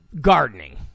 gardening